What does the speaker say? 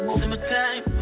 summertime